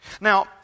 Now